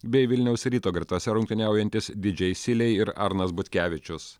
bei vilniaus ryto gretose rungtyniaujantis didžeisilei ir arnas butkevičius